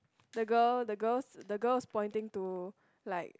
the girl the girl the girl's pointing to like